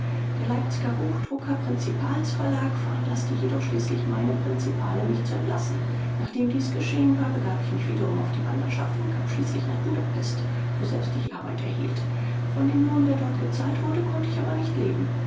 der leipziger buchdrucker prinzipalsverein veranlaßte jedoch schließlich meine prinzipale mich zu entlassen nachdem dies geschehen war begab ich mich wiederum auf die wanderschaft und kam schließlich nach budapest woselbst ich arbeit erhielt von dem lohn der dort gezahlt wurde konnte ich aber nicht leben